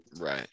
right